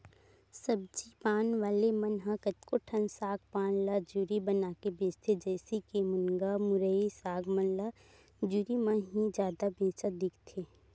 सब्जी पान वाले मन ह कतको ठन साग पान ल जुरी बनाके बेंचथे, जइसे के मुनगा, मुरई, साग मन ल जुरी म ही जादा बेंचत दिखथे